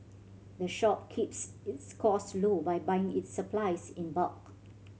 the shop keeps its cost low by buying its supplies in bulk